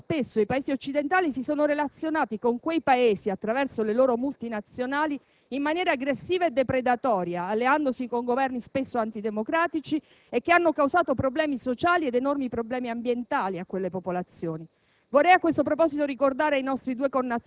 Non possiamo, però, nasconderci che finora, spesso, i Paesi occidentali si sono relazionati con quei Paesi, attraverso le proprie multinazionali, in maniera aggressiva e depredatoria, alleandosi con Governi spesso antidemocratici, che hanno causato a quelle popolazioni problemi sociali ed enormi problemi ambientali. Vorrei